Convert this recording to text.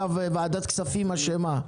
שעכשיו ועדת כספים אשמה.